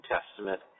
Testament